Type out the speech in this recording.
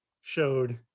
showed